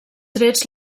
trets